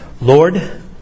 Lord